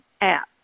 app